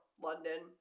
London